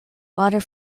water